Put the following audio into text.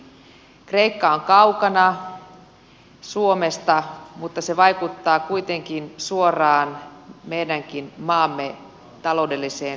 kreikka on kaukana suomesta mutta se vaikuttaa kuitenkin suoraan meidänkin maamme taloudelliseen tilanteeseen